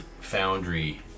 foundry